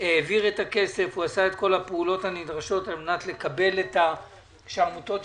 העביר את הכסף הוא עשה את כל הפעולות הנדרשות כדי שהעמותות יקבלו,